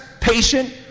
patient